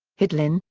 hedlin,